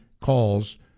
calls